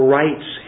rights